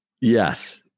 yes